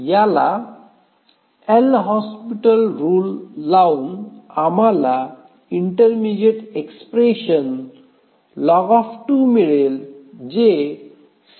याला L hospital rule लावून आम्हाला इंटरमीडिअट एक्स्प्रेशन लॉग 2 मिळेल जो 69